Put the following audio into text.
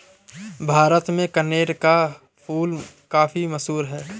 भारत में कनेर का फूल काफी मशहूर है